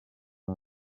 amb